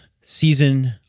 season